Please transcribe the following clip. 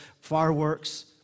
fireworks